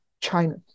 China